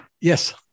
Yes